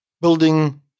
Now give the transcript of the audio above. building